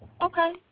Okay